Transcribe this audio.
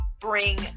bring